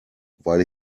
weil